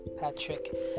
patrick